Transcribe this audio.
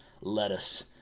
lettuce